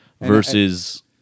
Versus